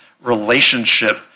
relationship